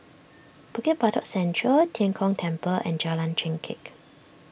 Bukit Batok Central Tian Kong Temple and Jalan Chengkek